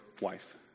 wife